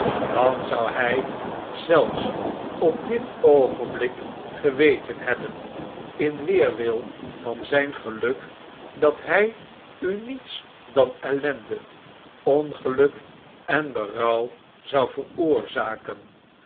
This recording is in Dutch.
dan zou nij zelfs op dit oogenblik geweten hebben in weerwil van zijn geluk dat hij u niets dan ellende ongeluk en berouw zou veroorzaken